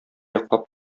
яклап